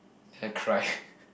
then I cry